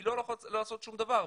היא לא יכולה לעשות שום דבר.